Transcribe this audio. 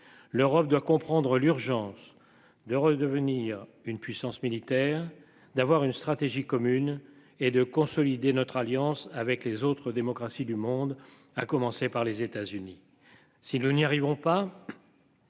L'Europe doit comprendre l'urgence de redevenir une puissance militaire, d'avoir une stratégie commune et de consolider notre alliance avec les autres démocraties du monde, à commencer par les États-Unis. S'ils n'y arriveront pas.